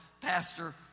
Pastor